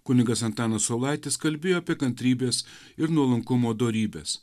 kunigas antanas saulaitis kalbėjo apie kantrybės ir nuolankumo dorybes